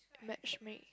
matchmake